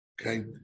Okay